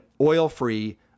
oil-free